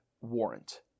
warrant